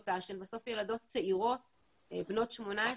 תנאי שירות שהן בסוף ילדות צעירות בנות 18,